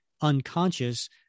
unconscious